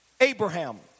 Abraham